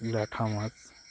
ল্যাটা মাছ